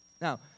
Now